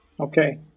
okay